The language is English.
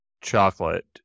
chocolate